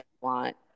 want